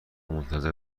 منتظر